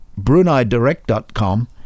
BruneiDirect.com